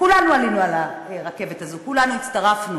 כולנו עלינו על הרכבת הזו, כולנו הצטרפנו.